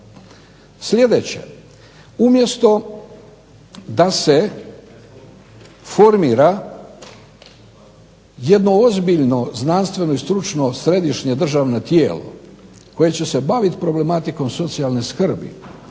Sljedeće. Umjesto da se formira jedno ozbiljno znanstveno i stručno središnje državno tijelo koje će se baviti problematikom socijalne skrbi